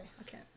okay